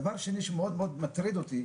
דבר שני שמאוד מאוד מטריד אותי,